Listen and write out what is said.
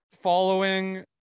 following